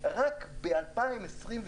שרק ב-2022,